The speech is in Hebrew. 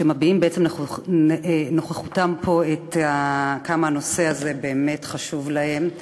שמביעים בעצם נוכחותם פה כמה הנושא הזה באמת חשוב להם.